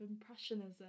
Impressionism